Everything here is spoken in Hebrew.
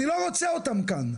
אני לא רוצה אותם כאן.